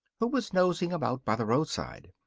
who was nosing about by the roadside.